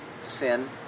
sin